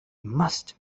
must